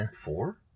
four